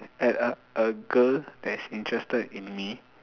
at uh a girl that is interested in me